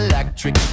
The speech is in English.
Electric